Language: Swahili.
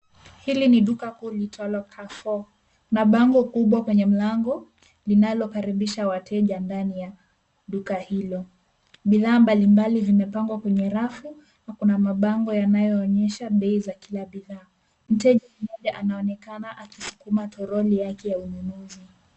Hili ni duka kuu liitwalo carefour na bango kubwa kwenye mlango linalokaribisha wateja ndani ya duka hilo. Bidhaa mbalimbali vimepangwa kwenye rafu na kuna mabango yanayoonyesha bei za kila bidhaa. Mteja mmoja anaonekana akisukuma troli yake ya ununuzi.